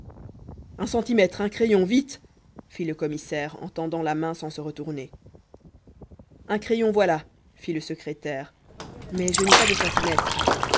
un centimètre un crayon vite fit le commissaire en tendant la main sans se retourner un crayon voilà fit le secrétaire mais je n'ai pas de centimètre